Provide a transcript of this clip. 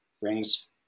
brings